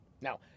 Now